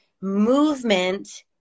movement